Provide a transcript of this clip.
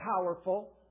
powerful